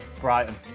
Brighton